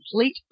complete